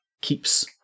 keeps